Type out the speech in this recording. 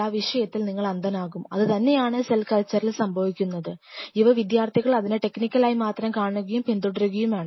ആയി മാത്രം കാണുകയും പിന്തുടരുകയും ചെയ്യുന്നു